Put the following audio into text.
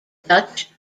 dutch